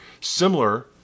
similar